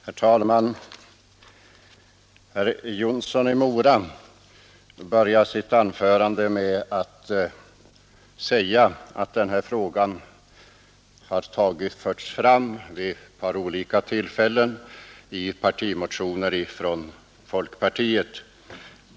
Herr talman! Herr Jonsson i Mora började sitt anförande med att säga att den här frågan har förts fram vid ett par olika tillfällen i partimotioner från folkpartiet.